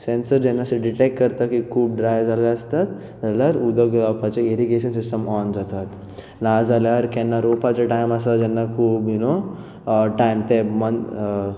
sensor जेन्ना से detect करता की खूब ड्राय जाला आसतात जाल्यार उदक घालपाचें इरिगेशन सिस्टम ऑन जाता नाजाल्यार केन्ना रोंवपाचे टायम आसा जेन्ना खूब यू नो टायम तें मोन